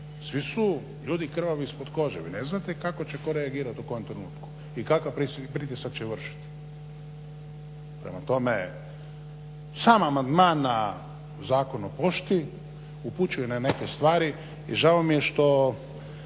Svi su ljudi krvavi ispod kože. Vi ne znate kako će tko reagirati u kojem trenutku i kakav pritisak će vršiti. Prema tome, sam amandman na Zakon o pošti upućuje na neke stvari i žao mi je što